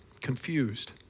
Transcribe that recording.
confused